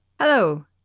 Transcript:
Hello